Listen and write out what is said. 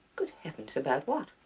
good heavens about what?